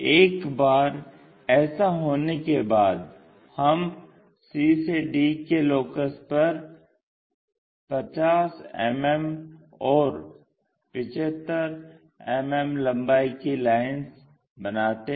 एक बार ऐसा होने के बाद हम c से d के लोकस पर 50मिमी और 75मिमी लम्बाई की लाइन्स बनाते हैं